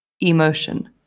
emotion